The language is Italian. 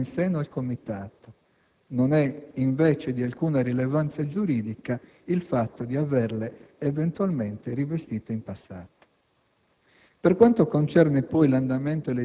e contemporaneo alla nomina in seno al comitato. Non è invece di alcuna rilevanza giuridica il fatto di averle eventualmente rivestite in passato.